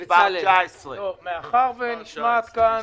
מס' 19 (דרכי אליהו למען הילד)